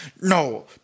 No